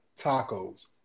Tacos